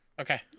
Okay